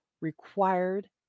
required